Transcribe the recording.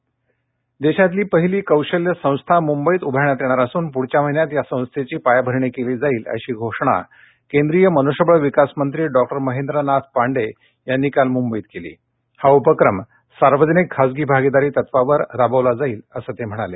कौशल्य देशातल पहिल कोशल्य संस्था मुंबईत उभारण्यात येणार असून पुढच्या महिन्यात या संस्थेच वियाभरण केल जाईल अश ठ घोषणा केंद्रत्त मनुष्यबळ विकास मंत्र डॉक्टर महेंद्रनाथ पांडे यांन काल मुंबईत केल हा उपक्रम सार्वजनिक खासग भागविर वित्वावर राबवला जाईल असं ते म्हणाले